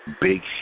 Big